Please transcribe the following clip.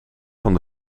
van